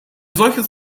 solches